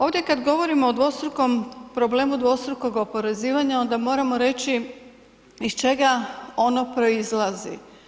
Ovdje kad govorimo o dvostrukom, o problemu dvostrukog oporezivanja onda moramo reći iz čega ono proizlazi.